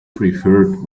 preferred